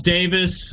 Davis